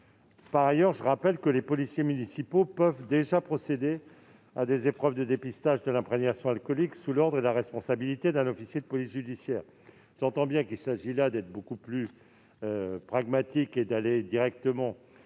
concernés. En outre, les policiers municipaux peuvent déjà procéder à des épreuves de dépistage de l'imprégnation alcoolique, sous l'ordre et la responsabilité d'un officier de police judiciaire. J'entends bien qu'il s'agit d'être beaucoup plus pragmatique et d'aller directement